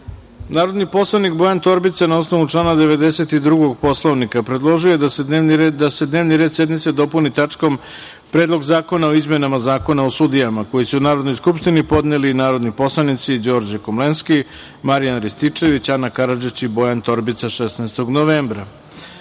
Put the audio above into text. predlog. Narodni poslanik Bojan Torbica je, na osnovu člana 92. Poslovnika, predložio da se dnevni red sednice dopuni tačkom – Predlog zakona o izmenama Zakona o sudijama, koji su Narodnoj skupštini podneli narodni poslanici Đorđe Komlenski, Marijan Rističević, Ana Karadžić i Bojan Torbica, 16. novembra. Narodni